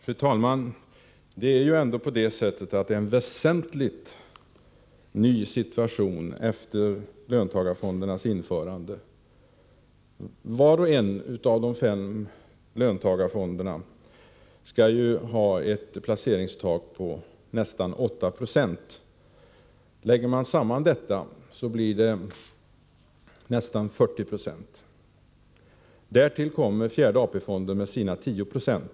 Fru talman! Det är ändå en väsentligt ny situation efter löntagarfondernas införande. Var och en av de fem löntagarfonderna skall ha ett placeringstak på nästan 8 Jo. Lägger man samman detta så blir det nästan 40 26. Därtill Nr 51 kommer fjärde AP-fonden med sina 10 96.